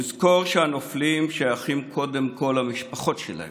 לזכור שהנופלים שייכים קודם כול למשפחות שלהם,